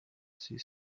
sie